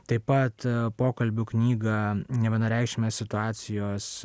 taip pat pokalbių knygą nevienareikšmės situacijos